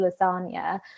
lasagna